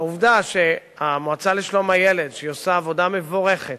העובדה שהמועצה לשלום הילד, שעושה עבודה מבורכת